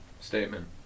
statement